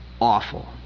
awful